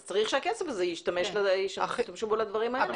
אז צריך שהכסף הזה ישמש לדברים האלה.